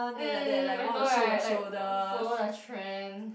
uh I know right like follow the trend